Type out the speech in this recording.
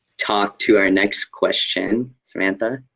talk to our next question. samantha.